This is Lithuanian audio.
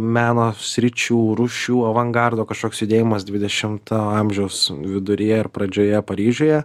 meno sričių rūšių avangardo kažkoks judėjimas dvidešimto amžiaus viduryje ir pradžioje paryžiuje